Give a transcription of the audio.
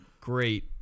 great